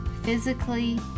physically